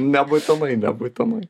nebūtinai nebūtinai